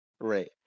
Right